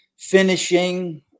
finishing